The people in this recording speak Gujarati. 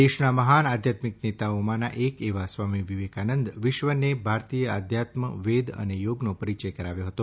દેશના મહાન આધ્યાત્મિક નેતાઓમાંના એક એવા સ્વામી વિવેકાનંદ વિશ્વને ભારતીય આધ્યાત્મ વેદ અને યોગનો પરિચય કરાવ્યો હતો